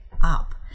up